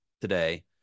today